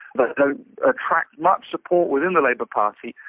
but ah attract much support within the labour party.